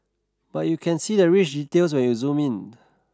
but you can see the rich details when you zoom in